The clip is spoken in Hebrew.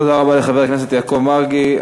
תודה רבה לחבר הכנסת יעקב מרגי.